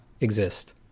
exist